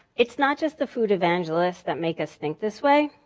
it's not just the food evangelists that make us think this way,